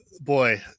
boy